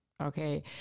Okay